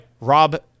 Rob